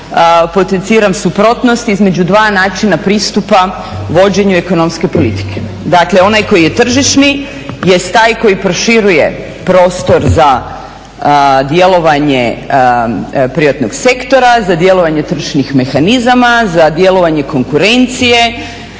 potenciram suprotnosti između dva načina pristupa vođenju ekonomske politike. Dakle onaj koji je tržišni jest taj koji proširuje prostor za djelovanje privatnog sektora, za djelovanje tržišnih mehanizama, za djelovanje konkurencije